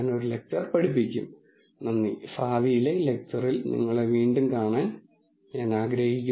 data science പ്രോബ്ളങ്ങൾ പരിഹരിക്കുന്നതിനുള്ള ഒരു ചട്ടക്കൂടിന്റെ ഉപയോഗത്തെക്കുറിച്ചുള്ള അടുത്ത ലെക്ച്ചറിൽ ഞാൻ നിങ്ങളെ വീണ്ടും കാണും